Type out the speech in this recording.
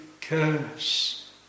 curse